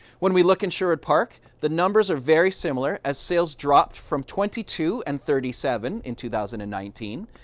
when we look in sherwood park, the numbers are very similar as sales dropped from twenty two and thirty seven in two thousand and nineteen,